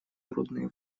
трудные